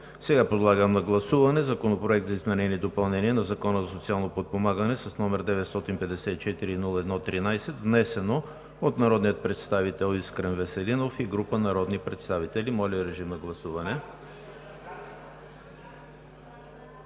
Подлагам на гласуване Законопроект за изменение и допълнение на Закона за социално подпомагане, № 954-01-13, внесен от народния представител Искрен Веселинов и група народни представители. Гласували